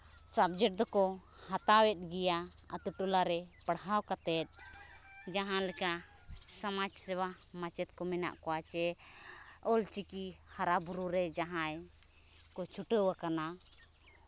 subject ᱫᱚᱠᱚ ᱦᱟᱛᱟᱣᱮᱫ ᱜᱮᱭᱟ ᱟᱹᱛᱩ ᱴᱚᱞᱟ ᱨᱮ ᱯᱟᱲᱦᱟᱣ ᱠᱟᱛᱮᱫ ᱡᱟᱦᱟᱸ ᱞᱮᱠᱟ ᱥᱚᱢᱟᱡᱽ ᱥᱮᱵᱟ ᱢᱟᱪᱮᱫ ᱠᱚ ᱢᱮᱱᱟᱜ ᱠᱚᱣᱟ ᱪᱮ ᱚᱞᱪᱤᱠᱤ ᱦᱟᱨᱟᱼᱵᱩᱨᱩ ᱨᱮ ᱡᱟᱦᱟᱸᱭ ᱠᱚ ᱪᱷᱩᱴᱟᱹᱣ ᱟᱠᱟᱱᱟ